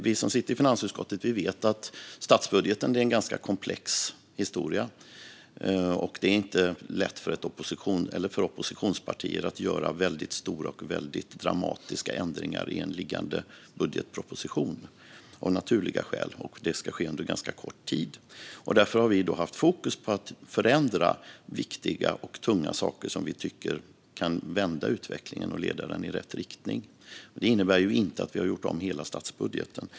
Vi som sitter i finansutskottet vet att statsbudgeten är en ganska komplex historia, och det är av naturliga skäl inte lätt för oppositionspartier att göra väldigt stora och väldigt dramatiska ändringar i en framlagd budgetproposition. Dessa ändringar ska också ske under ganska kort tid. Därför har vi haft fokus på att förändra viktiga och tunga saker som vi tycker kan vända utvecklingen och leda den i rätt riktning. Det innebär inte att vi har gjort om hela statsbudgeten.